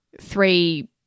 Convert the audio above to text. three